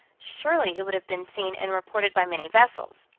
surely it would have been seen and reported by many vessels.